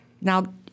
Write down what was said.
Now